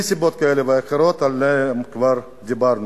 מסיבות כאלה ואחרות שעליהן כבר דיברנו.